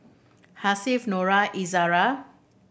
Hasif Nura Izara